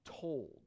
told